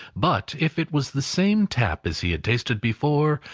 but if it was the same tap as he had tasted before,